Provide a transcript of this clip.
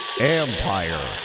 Empire